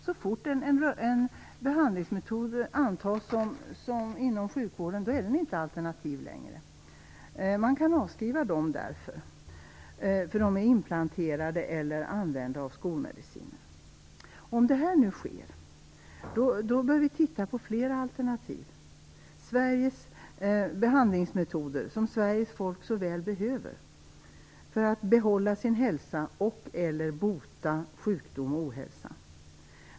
Så fort en behandlingsmetod antas inom sjukvården är den inte längre alternativ. Man kan därför avskriva dem - de är inplanterade i eller använda av skolmedicinen. Om detta nu sker bör vi titta på flera alternativ. Det är behandlingsmetoder som Sveriges folk så väl behöver för att behålla sin hälsa eller bota sjukdom och ohälsa.